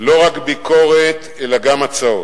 לא רק ביקורת, אלא גם הצעות.